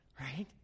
Right